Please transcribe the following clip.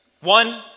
One